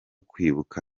kwibuka